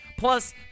Plus